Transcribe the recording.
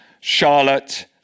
Charlotte